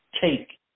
Take